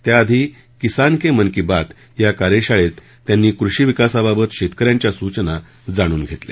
त्याआधी किसान के मन की बात या कार्यशाळेत त्यांनी कृषी विकासाबाबत शेतकऱ्यांच्या सूचना जाणून घेतल्या